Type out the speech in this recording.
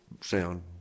sound